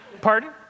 Pardon